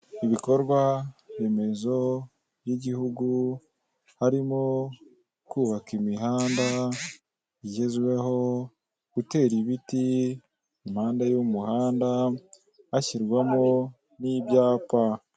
Ibikorwaremezo by'igihugu harimo kubaka imihanda igezweho, gutera ibiti impande y'umuhanda hashyirwamo n'ibyapa.